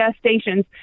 stations